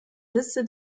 liste